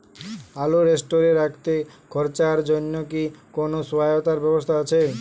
আলু স্টোরে রাখতে খরচার জন্যকি কোন সহায়তার ব্যবস্থা আছে?